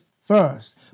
first